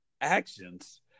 Actions